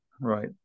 Right